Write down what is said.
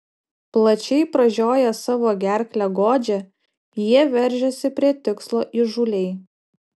plačiai pražioję savo gerklę godžią jie veržiasi prie tikslo įžūliai